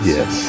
Yes